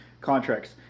contracts